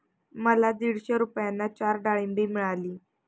मला दीडशे रुपयांना चार डाळींबे मिळाली